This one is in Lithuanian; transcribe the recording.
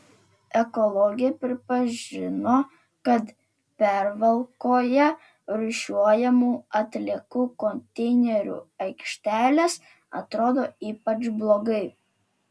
ekologė pripažino kad pervalkoje rūšiuojamų atliekų konteinerių aikštelės atrodo ypač blogai